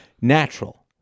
natural